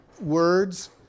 words